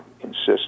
insist